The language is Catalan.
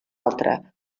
altra